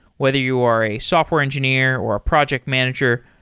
whether you are a software engineer, or a project manager,